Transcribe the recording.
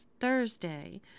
Thursday